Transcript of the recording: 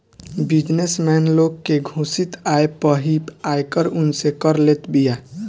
business man लोग के घोषित आय पअ ही आयकर उनसे कर लेत बिया